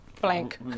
Blank